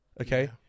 okay